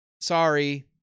sorry